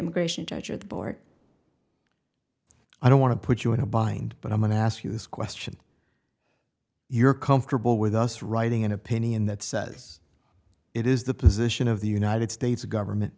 immigration judge or the board i don't want to put you in a bind but i'm going to ask you this question you're comfortable with us writing an opinion that says it is the position of the united states government